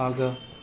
आगाँ